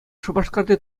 шупашкарти